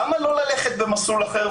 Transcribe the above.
למה לא ללכת במסלול אחר?